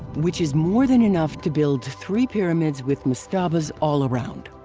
which is more than enough to build three pyramids with mastabas all around.